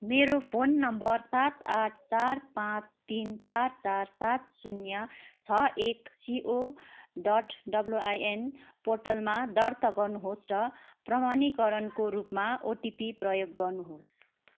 मेरो फोन नम्बर सात आठ चार पाँच तिन चार चार सात शून्य छ एक सिओ डट डब्लुआइएन पोर्टलमा दर्ता गर्नुहोस् र प्रमाणीकरणको रूपमा ओटिपी प्रयोग गर्नुहोस्